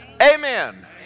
Amen